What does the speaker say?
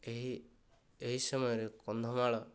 ଏହି ଏହି ସମୟରେ କନ୍ଧମାଳ